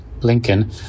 lincoln